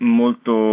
molto